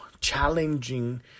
challenging